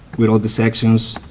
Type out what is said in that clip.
with all the sections